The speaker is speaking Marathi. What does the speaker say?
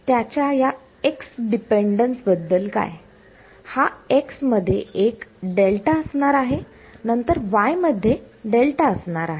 तर याच्या x डिपेंडंन्स बद्दल काय हा x मध्ये एक डेल्टा असणार आहे नंतर y मध्ये डेल्टा असणार आहे